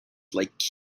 like